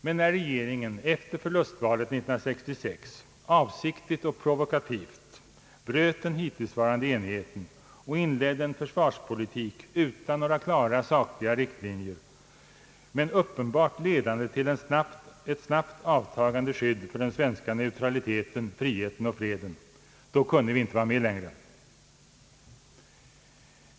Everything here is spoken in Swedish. Men när regeringen efter förlustvalet 1966 avsiktligt och provokativt bröt den dittillsvarande enigheten och inledde en försvarspolitik utan några klara sakliga riktlinjer men uppenbart ledande till ett snabbt avtagande skydd för den svenska neutraliteten, friheten och freden då kunde vi inte vara med längre.